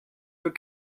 deux